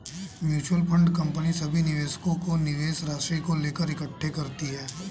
mutual fund company सभी निवेशकों के निवेश राशि को लेकर इकट्ठे करती है